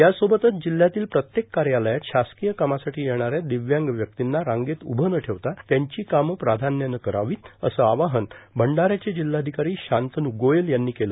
या सोबतच जिल्हयातील प्रत्येक कायालयात शासकोय कामासाठो येणाऱ्या ांदव्यांग व्यक्तींना रांगेत उभं न ठेवता त्यांची कामं प्राधान्यानं करावीत असं आवाहन भंडाऱ्याचे जिल्हाधिकारो शांतनू गोयल यांनी केलं